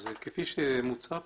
אז כפי שמוצע פה,